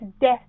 death